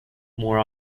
more